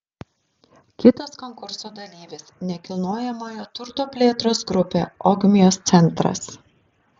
kitas konkurso dalyvis nekilnojamojo turto plėtros grupė ogmios centras